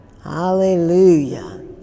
Hallelujah